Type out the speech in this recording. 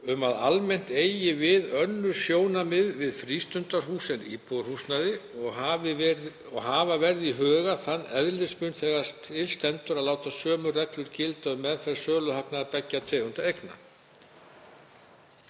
um að almennt ættu við önnur sjónarmið um frístundahús en íbúðarhúsnæði og hafa verði í huga þann eðlismun þegar til stendur að láta sömu reglur gilda um meðferð söluhagnaðar beggja tegunda eigna.